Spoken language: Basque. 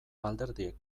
alderdiek